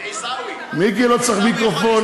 מיקי לא צריך מיקרופון.